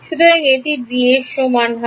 সুতরাং এটি b র সমান হবে